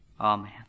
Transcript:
Amen